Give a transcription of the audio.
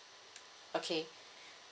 okay